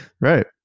right